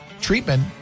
treatment